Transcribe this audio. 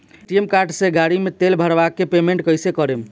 ATM card से गाड़ी मे तेल भरवा के पेमेंट कैसे करेम?